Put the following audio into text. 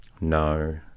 No